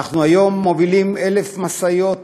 אנחנו היום מובילים 1,000 משאיות